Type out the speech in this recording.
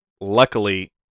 luckily